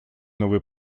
новой